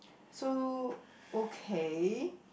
so okay